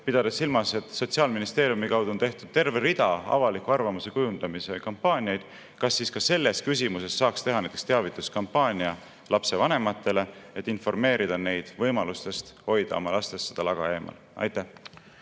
pidades silmas, et Sotsiaalministeeriumi kaudu on tehtud terve rida avaliku arvamuse kujundamise kampaaniaid, kas ka selles küsimuses saaks teha näiteks teavituskampaaniat lapsevanematele, et informeerida neid võimalustest hoida oma lastest seda laga eemal. Aitäh!